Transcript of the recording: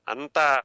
Anta